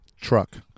Truck